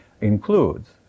includes